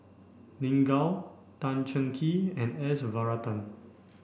Lin Gao Tan Cheng Kee and S Varathan